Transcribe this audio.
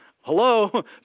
Hello